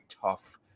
tough